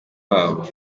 wabo